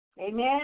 Amen